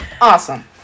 awesome